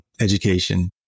education